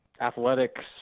athletics